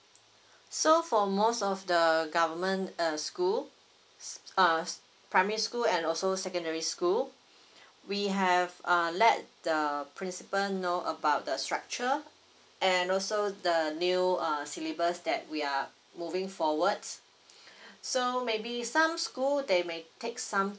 so for most of the government uh school s~ uh primary school and also secondary school we have err let the principal know about the structure and also the new err syllabus that we are moving forwards so maybe some school they may take some